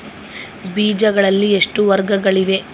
ಬೇಜಗಳಲ್ಲಿ ಎಷ್ಟು ವರ್ಗಗಳಿವೆ?